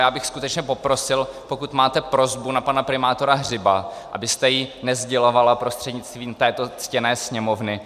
Já bych skutečně poprosil, pokud máte prosbu na pana primátora Hřiba, abyste ji nesdělovala prostřednictvím této ctěné Sněmovny.